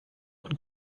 und